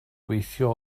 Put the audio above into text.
gweithio